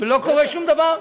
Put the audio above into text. ולא קורה שום דבר.